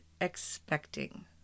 expecting